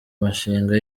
mushinga